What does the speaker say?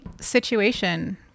situation